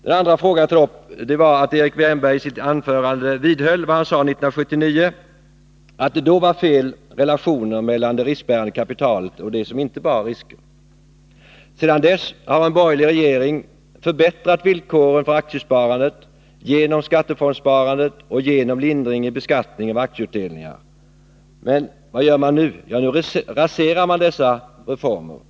Den andra frågan jag tog upp gällde att Erik Wärnberg i sitt anförande vidhöll vad han sade 1979, nämligen att det då var fel relationer mellan det riskbärande kapitalet och det som inte bar risker. Sedan dess har en borgerlig regering förbättrat villkoren för aktiesparandet genom skattefondsparandet och genom lindring i beskattning av aktieutdelningar. Men, vad gör man nu? Jo, nu raserar man dessa reformer.